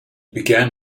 began